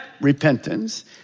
repentance